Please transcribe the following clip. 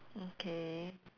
okay